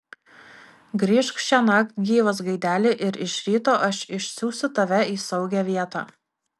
grįžk šiąnakt gyvas gaideli ir iš ryto aš išsiųsiu tave į saugią vietą